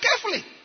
carefully